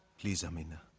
please, amina.